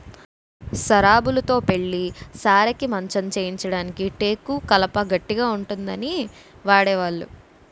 సరాబులుతో పెళ్లి సారెకి మంచం చేయించడానికి టేకు కలప గట్టిగా ఉంటుందని వాడేవాళ్లు